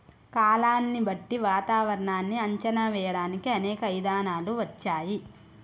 కాలాన్ని బట్టి వాతావరనాన్ని అంచనా వేయడానికి అనేక ఇధానాలు వచ్చాయి